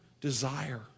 desire